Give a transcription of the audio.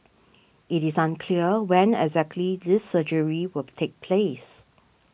it is unclear when exactly this surgery will take place